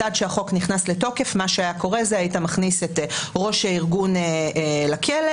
עד שהחוק נכנס לתוקף היית מכניס את ראש הארגון לכלא,